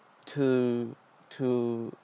to to